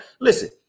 Listen